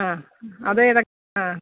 ആ അത് ഏത് ആ